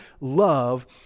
love